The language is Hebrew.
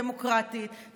דמוקרטית,